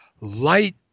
light